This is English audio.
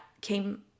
came